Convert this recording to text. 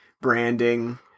branding